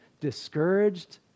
discouraged